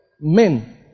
Men